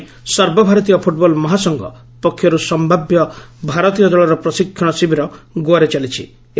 ଏଥିପାଇଁ ସର୍ବଭାରତୀୟ ଫୁଟ୍ବଲ୍ ମହାସଂଘ ଏଆଇଏଫ୍ଏଫ୍ ପକ୍ଷରୁ ସ୍ୟାବ୍ୟ ଭାରତୀୟ ଦଳର ପ୍ରଶିକ୍ଷଣ ଶିବିର ଗୋଆରେ ଚାଲିଛି